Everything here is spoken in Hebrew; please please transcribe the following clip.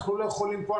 אנחנו לא יכולים פה,